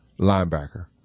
linebacker